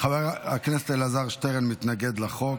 חבר הכנסת אלעזר שטרן מתנגד לחוק.